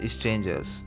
Strangers।